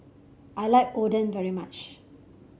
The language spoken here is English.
I like Oden very much